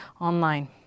online